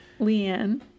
Leanne